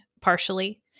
partially